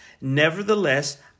Nevertheless